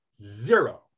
zero